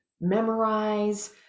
Memorize